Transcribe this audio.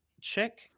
check